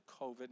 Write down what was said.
COVID